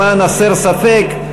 למען הסר ספק,